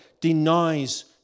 denies